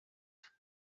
tout